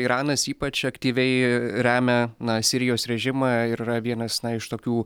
iranas ypač aktyviai remia na sirijos režimą ir yra vienas iš tokių